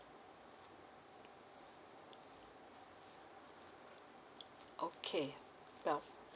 okay well